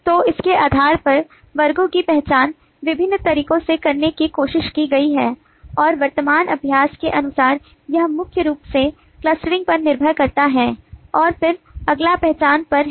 तो इसके आधार पर वर्गों की पहचान विभिन्न तरीकों से करने की कोशिश की गई है और वर्तमान अभ्यास के अनुसार यह मुख्य रूप से क्लस्टरिंग पर निर्भर करता है और फिर अगला पहचान पर है